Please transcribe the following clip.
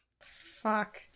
Fuck